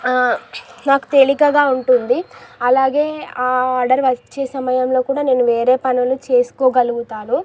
నాకు తేలికగా ఉంటుంది అలాగే ఆర్డర్ వచ్చే సమయంలో కూడా నేను వేరే పనులు చేసుకోగలుగుతాను